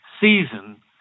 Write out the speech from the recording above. season